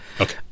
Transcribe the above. okay